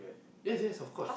yes yes of course